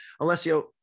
Alessio